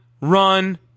run